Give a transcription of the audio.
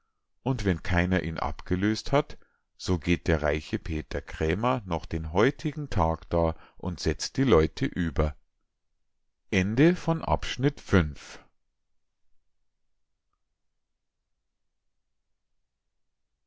und wenn keiner ihn abgelös't hat so geht der reiche peter krämer noch den heutigen tag da und setzt die leute über